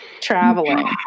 traveling